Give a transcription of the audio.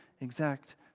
exact